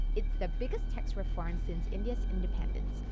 it's the biggest tax reform since india's independence,